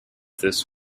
this